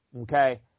okay